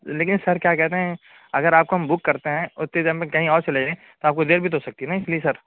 لیکن سر کیا کہتے ہیں اگر آپ کو ہم بک کرتے ہیں اتنی دیر میں کہیں اور چلے جائیں تو آپ کو دیر بھی تو ہو سکتی ہے نا اس لیے سر